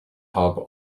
hub